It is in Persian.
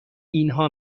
اینها